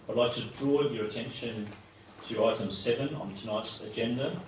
but to draw your attention to item seven on tonight's agenda,